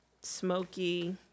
smoky